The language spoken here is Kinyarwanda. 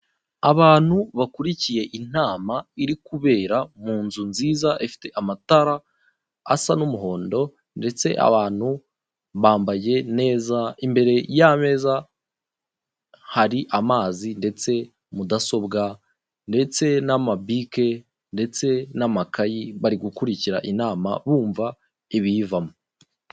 Abantu bakurikiye inama iri kubera mu nzu nziza ifite amatara asa n'umuhondo ndetse abantu bambaye neza imbere y'ameza hari amazi ndetse mudasobwa ndetse n'amabike ndetse n'amakayi bari gukurikira inama bumva ibiyivamo.